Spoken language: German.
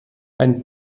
ein